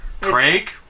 Craig